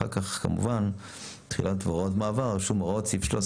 ואחר כך כמובן "תחילה והוראות מעבר" כתוב "הוראות סעיף 13